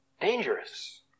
Dangerous